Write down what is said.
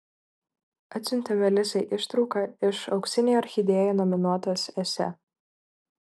atsiuntė melisai ištrauką iš auksinei orchidėjai nominuotos esė